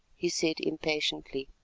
he said impatiently.